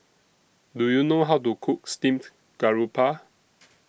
Do YOU know How to Cook Steamed Garoupa